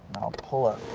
i'll pull up.